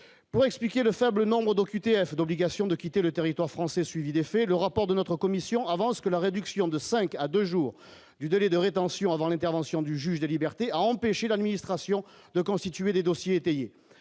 pour expliquer le faible nombre d'OQTF d'obligation de quitter le territoire français suivi d'effet, le rapport de notre commission avance que la réduction de 5 à 2 jours du délai de rétention avant l'intervention du juge des libertés a empêché l'administration de constituer des dossiers étayés,